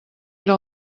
era